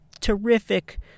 terrific